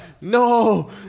no